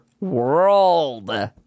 world